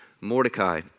Mordecai